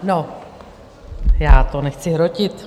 No, já to nechci hrotit.